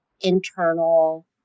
internal